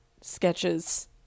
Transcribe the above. sketches